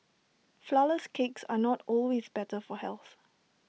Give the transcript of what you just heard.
Flourless Cakes are not always better for health